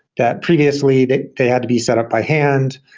that previously they they had to be set up by hand,